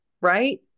right